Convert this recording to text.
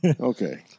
Okay